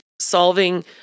solving